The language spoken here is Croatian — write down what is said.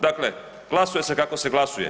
Dakle glasuje se kako se glasuje.